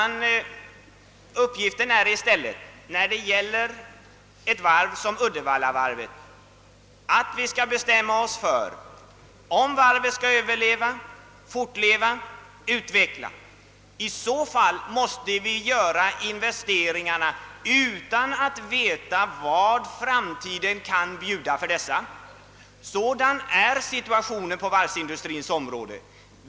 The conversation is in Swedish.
När det gäller ett varv såsom Uddevallavarvet är uppgiften i stället att vi skall bestämma oss för om varvet skall överleva och utvecklas. I så fall måste vi göra investeringarna utan att veta vad framtiden kan bjuda. Sådan är situationen på varvsindustrins område.